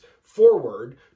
forward